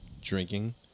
drinking